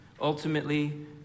ultimately